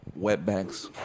Wetbacks